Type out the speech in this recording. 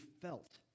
felt